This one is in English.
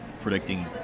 predicting